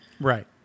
right